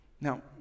Now